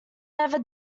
never